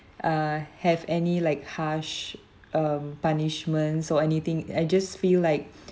uh have any like harsh um punishments so anything I just feel like